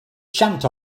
chant